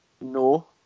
No